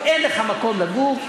ואין לך מקום לגור,